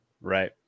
right